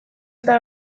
eta